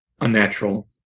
unnatural